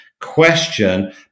question